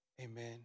Amen